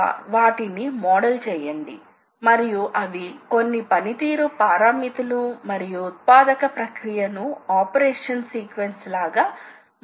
అవి వాస్తవానికి engineering design ద్వారా తగ్గించబడతాయి మరియు ఈ యంత్రాలలో మిగిలి ఉన్న వాటిని కూడా ఎక్కువగా పరిహారించవచ్చు